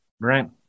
Right